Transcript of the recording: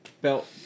belt